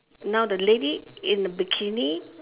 now the lady in the bikini